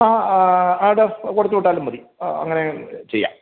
ആ ആ ആടെ കൊടുത്തു വിട്ടാലും മതി അങ്ങനെ ചെയ്യാം